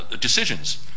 decisions